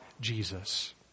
Jesus